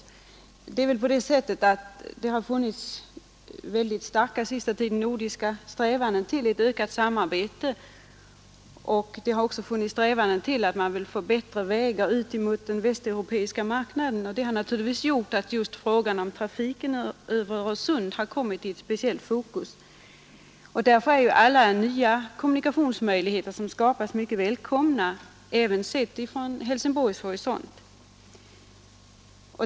Under den senaste tiden har det funnits starka nordiska strävanden till ökat samarbete och till en förbättring av vägarna ut mot den västeuropeiska marknaden, Detta har gjort att just frågan om trafiken över Öresund har kommit i fokus. Därför är alla nya kommunikationsleder som skapas mycket välkomna. Också sett från Helsingborgs horisont.